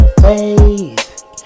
faith